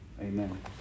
Amen